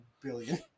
billion